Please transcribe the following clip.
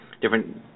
different